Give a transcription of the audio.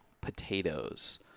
potatoes